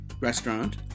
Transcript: restaurant